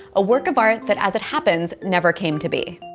a work of art that, as it happens, never came to be.